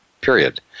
period